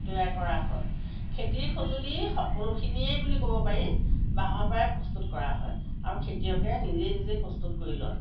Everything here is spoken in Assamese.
তৈয়াৰ কৰা হয় খেতিৰ সঁজুলি সকলোখিনিয়ে বুলি ক'ব পাৰি বাঁহৰ পৰাই প্ৰস্তুত কৰা হয় আৰু খেতিয়কে নিজেই নিজে প্ৰস্তুত কৰি লয়